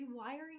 rewiring